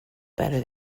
better